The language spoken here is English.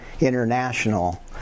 international